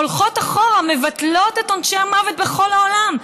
הולכות אחורה ומבטלות את עונשי המוות, בכל העולם.